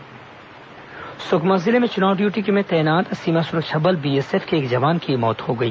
जवान मौत सुकमा जिले में चुनाव ड्यूटी में तैनात सीमा सुरक्षा बल बीएसएफ के एक जवान की मौत हो गई